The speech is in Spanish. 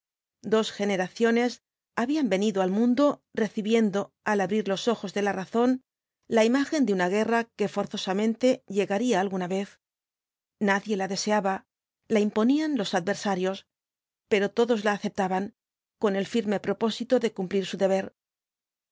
dos generaciones habían venido al mundo recibiendo al abrir los ojos de la razón la imagen de una guerra que forzosamente llegaría alguna vez nadie la deseaba la imponían los adversarios pero todos la aceptaban con el firme propósito de cumplir su deber